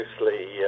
mostly